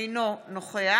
אינו נוכח